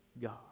God